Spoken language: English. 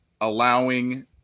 allowing